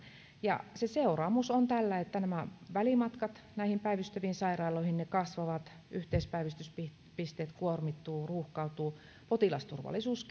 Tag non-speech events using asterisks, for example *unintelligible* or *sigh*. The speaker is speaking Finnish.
seuraamus on tällä että nämä välimatkat näihin päivystäviin sairaaloihin kasvavat yhteispäivystyspisteet kuormittuvat ruuhkautuvat potilasturvallisuus *unintelligible*